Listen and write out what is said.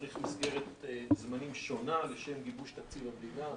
מצריך מסגרת זמנים שונה לשם גיבוש תקציב המדינה.